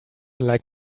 like